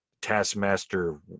Taskmaster